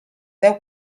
deu